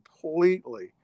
completely